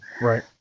Right